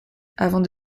avant